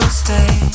stay